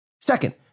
Second